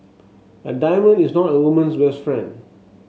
a diamond is not a woman's best friend